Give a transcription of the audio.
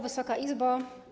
Wysoka Izbo!